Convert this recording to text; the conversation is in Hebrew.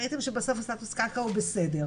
ראיתם שבסוף הסטטוס קרקע הוא בסדר,